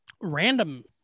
random